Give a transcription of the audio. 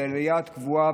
בעלייה קבועה,